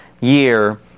year